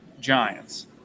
Giants